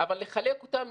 אבל לחלק אותם.